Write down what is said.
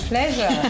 Pleasure